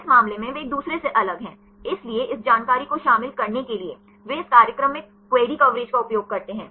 इस मामले में वे एक दूसरे से अलग हैं इसलिए इस जानकारी को शामिल करने के लिए वे इस कार्यक्रम में क्वेरी कवरेज का उपयोग करते हैं